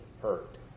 hurt